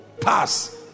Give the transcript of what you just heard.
pass